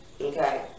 okay